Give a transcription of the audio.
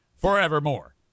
forevermore